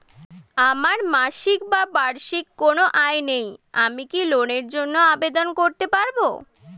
আমার মাসিক বা বার্ষিক কোন আয় নেই আমি কি লোনের জন্য আবেদন করতে পারব?